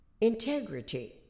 integrity